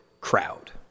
crowd